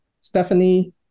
Stephanie